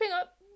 up